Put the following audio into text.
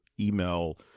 Email